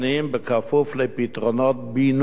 כפוף לפתרונות בינוי.